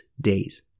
days